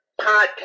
podcast